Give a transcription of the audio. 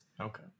Okay